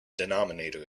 denominator